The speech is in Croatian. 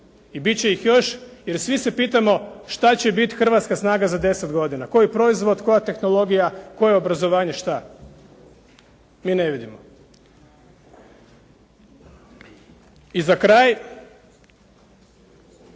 I bit će ih još, jer svi se pitamo što će biti hrvatska snaga za 10 godina. Koji proizvod, koja tehnologija, koje obrazovanje, šta? Mi ne vidimo. I za kraj,